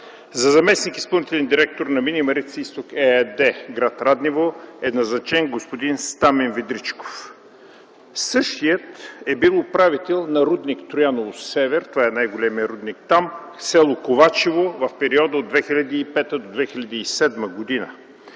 за заместник-изпълнителен директор на „Мини Марица изток” ЕАД – град Раднево, е назначен господин Стамен Ведричков. Същият е бил управител на рудник „Трояново-север”. Това е най-големият рудник там, с. Ковачево в периода от 2005 до 2007 г.